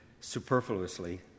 superfluously